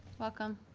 welcome